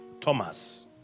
Thomas